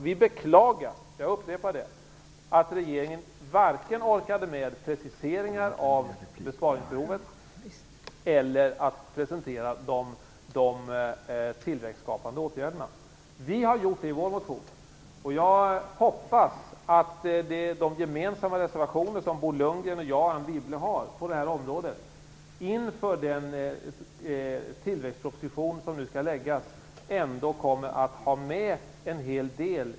Vi beklagar - jag upprepar det - att regeringen varken orkade med preciseringar av besparingsbehovet eller med att presentera de tillväxtskapande åtgärderna. Vi har gjort det i vår motion. Jag hoppas att en hel del av det som vi tar upp i de gemensamma reservationer som Bo Lundgren, Anne Wibble och jag har på det här området kommer att tas med inför den tillväxtproposition som nu skall läggas fram.